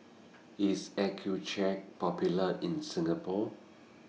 IS Accucheck Popular in Singapore